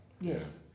Yes